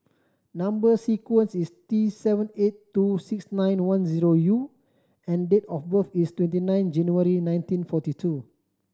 number sequence is T seven eight two six nine one zero U and date of birth is twenty nine January nineteen forty two